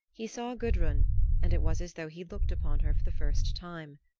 he saw gudrun and it was as though he looked upon her for the first time.